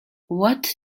what